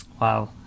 Wow